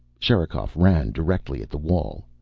sherikov ran directly at the wall.